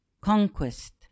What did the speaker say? conquest